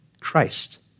Christ